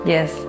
Yes